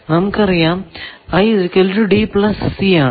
നമുക്കറിയാം ആണെന്ന്